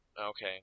Okay